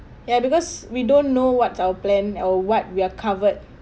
ya because we don't know what's our plan our what we are covered